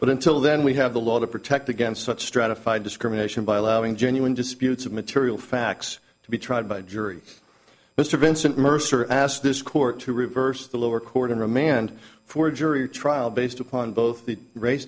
but until then we have the law to protect against such stratified discrimination by allowing genuine disputes of material facts to be tried by jury mr vincent mercer asked this court to reverse the lower court and remand for a jury trial based upon both the race